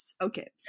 okay